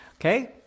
okay